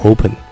Open